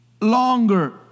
longer